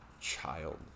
child